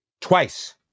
Twice